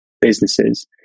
businesses